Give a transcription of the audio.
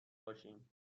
باشیم